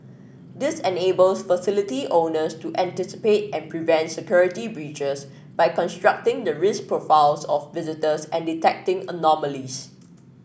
this enables facility owners to anticipate and prevent security breaches by constructing the risk profiles of visitors and detecting anomalies